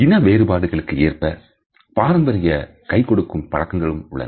இனவேறுபாடுகளுக்கு ஏற்ப பாரம்பரிய கைக்கொடுக்கும் பழக்கங்களும் உள்ளன